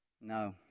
No